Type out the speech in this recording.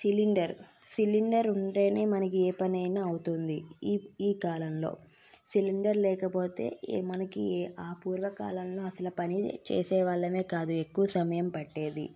cylinder cylinder ఉంటేనే మనకి ఏ పనైనా అవుతుంది ఈ కాలంలో సిలిండర్ లేకపోతే మనకి ఆ పూర్వకాలంలో అసలు పని చేసేవాళ్ళమే కాదు ఎక్కువ సమయం పట్టేది